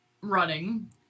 running